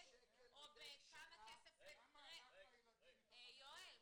או בכמה כסף -- כמה הלך על ילדים -- יואל,